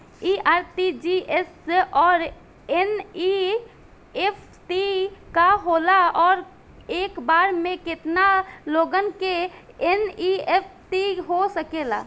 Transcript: इ आर.टी.जी.एस और एन.ई.एफ.टी का होला और एक बार में केतना लोगन के एन.ई.एफ.टी हो सकेला?